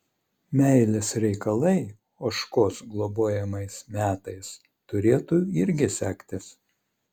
meilės reikalai ožkos globojamais metais turėtų irgi sektis